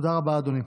תודה רבה, אדוני.